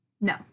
No